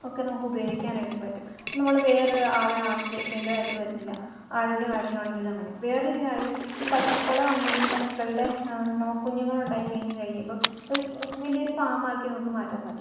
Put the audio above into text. ഒക്കെ നമുക്ക് ഉപയോഗിക്കാനായിട്ട് പറ്റും അപ്പം നമ്മൾ വേറൊരാളെ ആശ്രയിക്കേണ്ടതായിട്ടു വരുന്നില്ല ആടിൻ്റെ കാര്യം ആണെങ്കിലും അങ്ങനെ വേറൊരു കാര്യം ഈ പശുക്കൾ ഉണ്ടെങ്കിൽ പശുക്കളുടെ നമുക്ക് കുഞ്ഞുങ്ങളുണ്ടായി കഴിഞ്ഞു കഴിയുമ്പം ഇപ്പം ഒരു വലിയൊരു ഫാമാക്കി നമുക്ക് മാറ്റാൻ സാധിക്കും